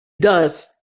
does